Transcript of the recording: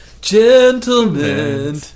Gentlemen